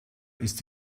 ist